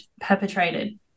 perpetrated